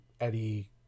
Eddie